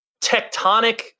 tectonic